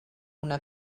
una